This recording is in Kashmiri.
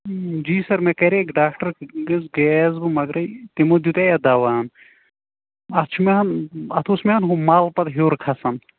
جی سَر مےٚ کَریہِ ڈاکٹَرس گٔیے یَس بہٕ مگر تِمو دِتیٚوو اَتھ دواہ اَتھ چھُ مےٚ اَتھ اوس مےٚ ہُہ مَل پَتہٕ ہیوٚر کھسان